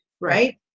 right